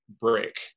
break